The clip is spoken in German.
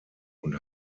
und